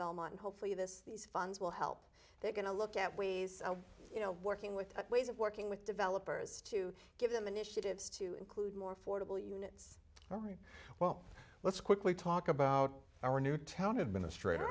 belmont hopefully this these funds will help they're going to look at ways you know working with ways of working with developers to give them initiatives to include more fordable units all right well let's quickly talk about our new town administrator